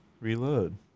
Reload